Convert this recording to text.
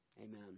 Amen